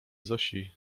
zosi